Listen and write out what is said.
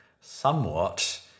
somewhat